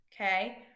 Okay